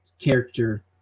character